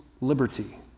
liberty